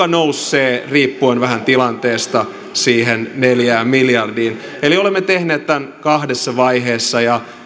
noussee riippuen vähän tilanteesta siihen neljään miljardiin eli olemme tehneet tämän kahdessa vaiheessa ja